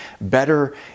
better